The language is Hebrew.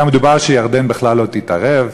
היה מדובר שירדן בכלל לא תתערב,